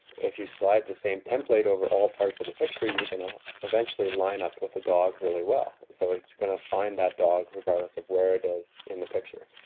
if you slide the same template over all parts of the picture, you can eventually line up with a dog really well. and so it's going to find that dog regardless of where it is in the picture.